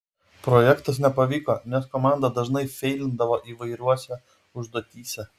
projektas nepavyko nes komanda dažnai feilindavo įvairiose užduotyse